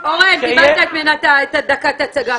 --- אורן, קיבלת את דקת ההצגה שלך.